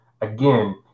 Again